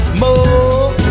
more